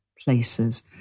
places